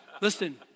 listen